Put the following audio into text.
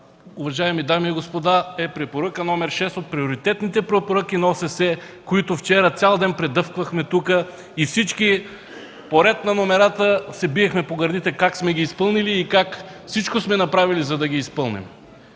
уважаеми дами и господа, е Препоръка № 6 от Приоритетните препоръки на ОССЕ, които вчера цял ден предъвквахме тук. Всички по ред на номерата се биехме в гърдите как сме ги изпълнили и как сме направили всичко, за да ги изпълним.